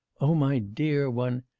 oh, my dear one!